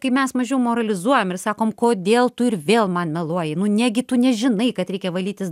kai mes mažiau moralizuojam ir sakom kodėl tu ir vėl man meluoji nu negi tu nežinai kad reikia valytis